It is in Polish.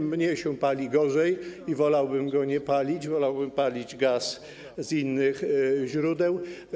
U mnie pali się gorzej i wolałbym go nie palić, wolałbym palić gaz z innych źródeł.